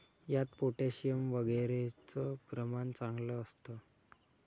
यात पोटॅशियम वगैरेचं प्रमाण चांगलं असतं